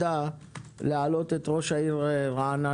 לוועדה להעלות את ראש העיר רעננה.